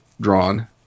drawn